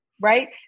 right